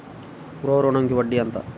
గృహ ఋణంకి వడ్డీ ఎంత?